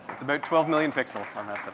that's about twelve million pixels on that